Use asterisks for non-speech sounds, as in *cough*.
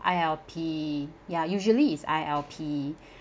I_L_P ya usually is I_L_P *breath*